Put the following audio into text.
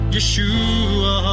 Yeshua